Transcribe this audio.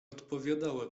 odpowiadała